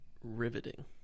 Riveting